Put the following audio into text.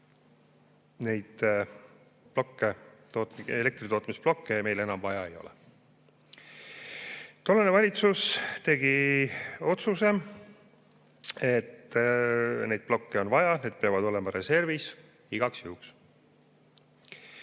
neid elektritootmisplokke meil enam vaja ei ole. Tollane valitsus tegi aga otsuse, et neid plokke on vaja, need peavad olema igaks juhuks